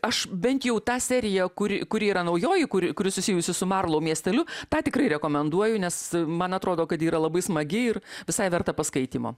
aš bent jau tą seriją kuri kuri yra naujoji kuri kuri susijusi su marlau miesteliu tą tikrai rekomenduoju nes man atrodo kad ji yra labai smagi ir visai verta paskaitymo